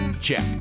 check